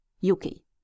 Yuki